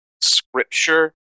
scripture